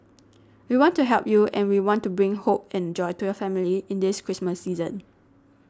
we want to help you and we want to bring hope and joy to your family in this Christmas season